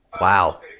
Wow